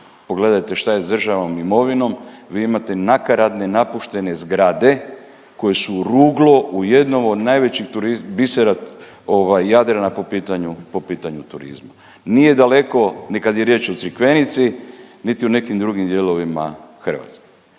pogledajte šta je s državnom imovinom vi imate nakaradne, napuštene zgrade koje su ruglo u jednom od najvećih tur…, bisera ovaj Jadrana po pitanju, po pitanju turizma. Nije daleko ni kad je riječ o Crikvenici niti u nekim drugim dijelovima Hrvatske,